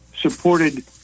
supported